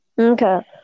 Okay